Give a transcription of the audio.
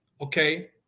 okay